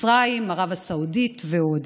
מצרים, ערב הסעודית ועוד.